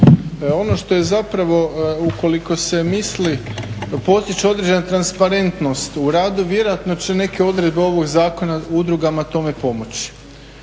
ono što je zapravo ukoliko se misli potiče određene transparentnost u radu, vjerojatno će neke odredbe ovog Zakona o udrugama tome pomoći.